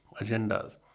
agendas